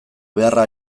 beharra